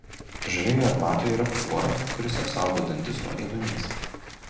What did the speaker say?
žalioje arbatoje yra fluoro kuris apsaugo dantis nuo ėduonies